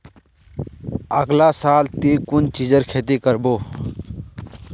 अगला साल ती कुन चीजेर खेती कर्बो